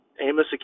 Amos